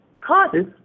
Causes